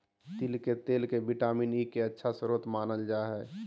तिल के तेल के विटामिन ई के अच्छा स्रोत मानल जा हइ